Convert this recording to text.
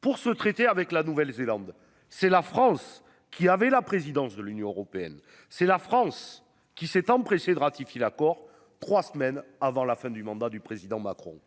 pour ce traité avec la Nouvelle-Zélande. C'est la France qui avait la présidence de l'Union européenne, c'est la France qui s'est empressé de ratifier l'accord. Trois semaines avant la fin du mandat du président Macron